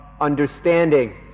understanding